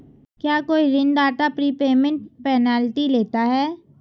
क्या कोई ऋणदाता प्रीपेमेंट पेनल्टी लेता है?